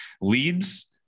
Leads